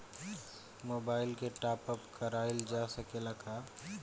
Mobile के top आप कराइल जा सकेला का?